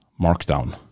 Markdown